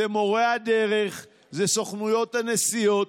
זה מורי הדרך, זה סוכנויות הנסיעות,